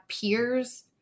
peers